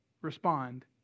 respond